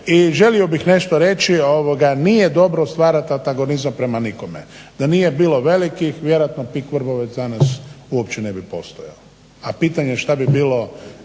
I želio bih nešto reći, nije dobro stvarati antagonizam prema nikome. Da nije bilo velikih vjerojatno PIK Vrbovec danas uopće ne bi postojao, a pitanje je što bi bilo